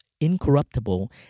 incorruptible